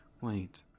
Wait